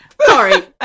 Sorry